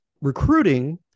recruiting